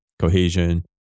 cohesion